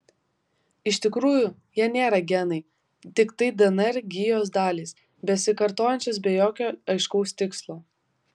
iš tikrųjų jie nėra genai tiktai dnr gijos dalys besikartojančios be jokio aiškaus tikslo